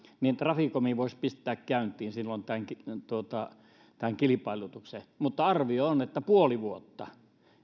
niin traficom voisi pistää käyntiin silloin tämän kilpailutuksen mutta arvio on että menee puoli vuotta